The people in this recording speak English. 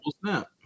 Snap